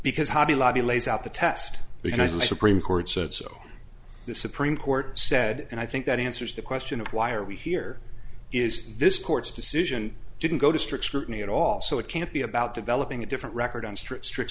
because hobby lobby lays out the test because the supreme court said so the supreme court said and i think that answers the question of why are we here is this court's decision didn't go to strict scrutiny at all so it can't be about developing a different record on strict strict